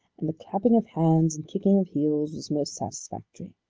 and the clapping of hands and kicking of heels was most satisfactory.